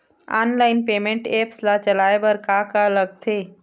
Online payment apps ला चलाए बार का का लगथे?